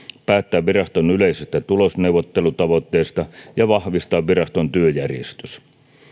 päättää viraston yleisistä tulosneuvottelutavoitteista ja vahvistaa viraston työjärjestys